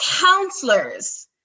counselors